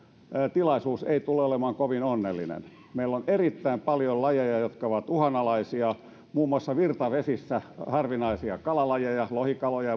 tilaisuus ei tule olemaan kovin onnellinen meillä on erittäin paljon lajeja jotka ovat uhanalaisia muun muassa virtavesissä harvinaisia kalalajeja lohikaloja